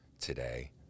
today